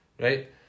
right